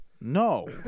No